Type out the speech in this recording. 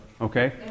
okay